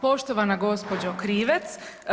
Poštovana gospođo Krivec.